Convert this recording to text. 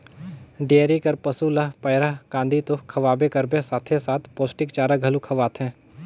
dairy कर पसू ल पैरा, कांदी तो खवाबे करबे साथे साथ पोस्टिक चारा घलो खवाथे